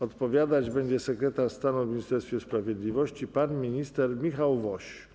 Odpowiadać będzie sekretarz stanu w Ministerstwie Sprawiedliwości pan minister Michał Woś.